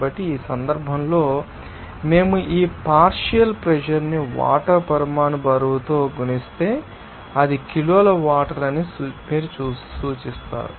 కాబట్టి ఈ సందర్భంలో మేము ఈ పార్షియల్ ప్రెషర్ ని వాటర్ పరమాణు బరువుతో గుణిస్తే అది కిలోల వాటర్ అని మీరు చూస్తారు